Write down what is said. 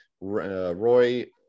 Roy